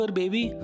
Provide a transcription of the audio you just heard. baby